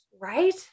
Right